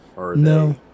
No